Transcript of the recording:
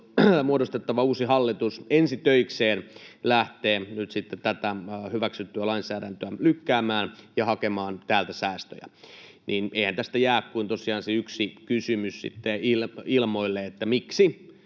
muodostettava uusi hallitus ensi töikseen lähtee tätä hyväksyttyä lainsäädäntöä lykkäämään ja hakemaan täältä säästöjä. Eihän tästä jää kuin tosiaan se yksi kysymys ilmoille: miksi